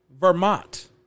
Vermont